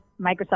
Microsoft